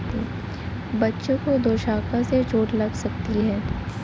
बच्चों को दोशाखा से चोट लग सकती है